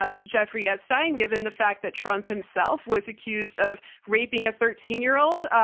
ah to jeffrey epstein, given the fact that trump himself was accused of raping a thirteen year old, ah,